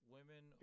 Women